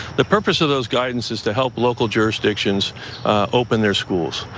the purpose of those guidance is to help local jurisdictions open their schools.